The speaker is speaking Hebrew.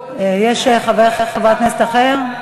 יש חבר כנסת אחר?